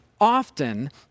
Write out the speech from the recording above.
often